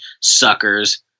Suckers